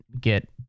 get